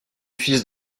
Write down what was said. fils